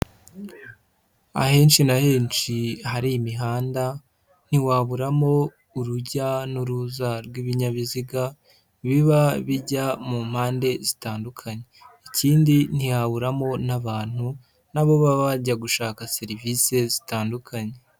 Ahenshi na henshi hari imihanda ntiwaburamo urujya n'uruza rw'ibinyabiziga biba bijya mu mpande zitandukanye, ikindi ntihaburamo n'abantu na bo baba bajya gushaka serivise zitandukanye.